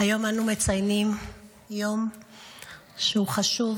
היום אנו מציינים יום חשוב.